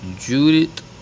Judith